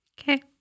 Okay